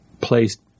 placed